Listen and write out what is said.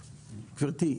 גברתי,